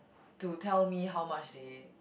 to tell me how much they